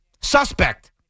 suspect